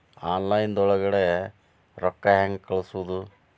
Online ಒಳಗಡೆ ರೊಕ್ಕ ಹೆಂಗ್ ಕಳುಹಿಸುವುದು?